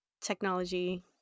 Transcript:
technology